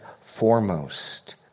foremost